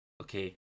Okay